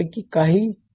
धन्यवाद